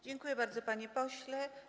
Dziękuję bardzo, panie pośle.